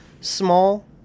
small